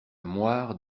moire